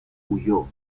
huyó